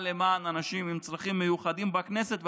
למען אנשים עם צרכים מיוחדים בכנסת,